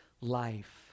life